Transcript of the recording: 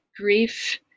grief